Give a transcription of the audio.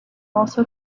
also